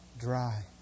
dry